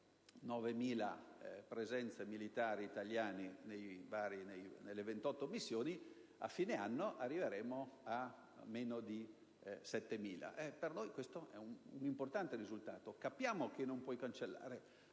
9.000 presenze militari italiane nelle 28 missioni; a fine anno arriveremo a meno di 7.000. Questo per noi è un risultato importante. Capiamo che non si può cancellare